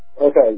Okay